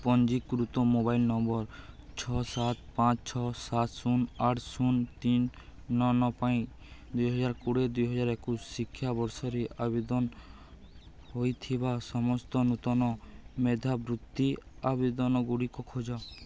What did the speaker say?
ପଞ୍ଜୀକୃତ mobile number ଛଅ ସାତ ପାଞ୍ଚ ଛଅ ସାତ ଶୂନ ଆଠ ଶୂନ ତିନି ନଅ ନଅ ପାଇଁ ଦୁଇହଜାର କୋଡ଼ିଏ ଦୁଇହଜାର ଏକୋଇଶି ଶିକ୍ଷାବର୍ଷରେ ଆବେଦନ ହେଇଥିବା ସମସ୍ତ ନୂତନ ମେଧାବୃତ୍ତି ଆବେଦନଗୁଡ଼ିକ ଖୋଜ